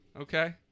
Okay